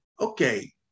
okay